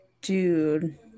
dude